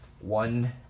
One